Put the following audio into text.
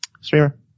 Streamer